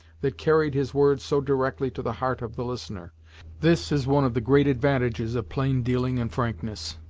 that carried his words so directly to the heart of the listener this is one of the great advantages of plain dealing and frankness.